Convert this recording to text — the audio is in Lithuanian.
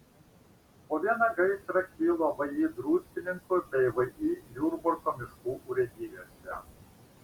po vieną gaisrą kilo vį druskininkų bei vį jurbarko miškų urėdijose